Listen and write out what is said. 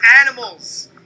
animals